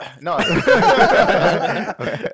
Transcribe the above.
No